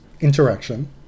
Interaction